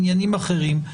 עניינים אחרים,